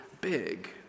big